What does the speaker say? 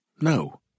No